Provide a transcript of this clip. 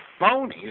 phonies